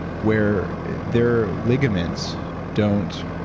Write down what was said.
where their ligaments don't.